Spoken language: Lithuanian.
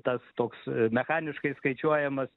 tas toks mechaniškai skaičiuojamas